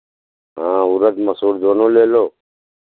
हाँ उड़द मसूर दोनों ले लो